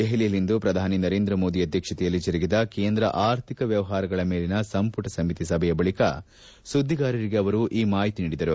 ದೆಹಲಿಯಲ್ಲಿಂದು ಶ್ರಧಾನಿ ನರೇಂದ್ರ ಮೋದಿ ಅಧ್ಯಕ್ಷತೆಯಲ್ಲಿ ಜರುಗಿದ ಕೇಂದ್ರ ಆರ್ಥಿಕ ವ್ಯವಹಾರಗಳ ಮೇಲಿನ ಸಂಪುಟ ಸಮಿತಿ ಸಭೆಯ ಬಳಿಕ ಸುಧಿಗಾರರಿಗೆ ಅವರು ಈ ಮಾಹಿತಿ ನೀಡಿದರು